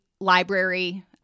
library